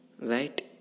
right